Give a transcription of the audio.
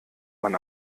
man